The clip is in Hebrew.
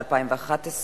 התשע"א 2011,